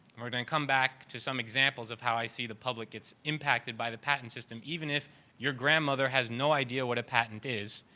we're going to come back to some examples of how i see the public gets impacted by the patent system. even if your grandmother has no idea what a patent is,